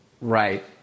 Right